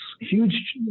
huge